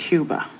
Cuba